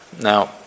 Now